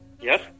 Yes